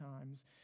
times